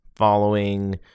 following